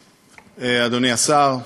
השר,